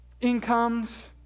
incomes